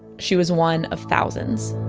she was one of thousands